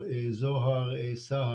אולי אני אשאל.